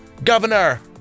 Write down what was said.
Governor